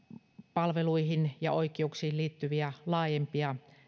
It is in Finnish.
palveluihin ja oikeuksiin liittyviä laajempia